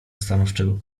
stanowczego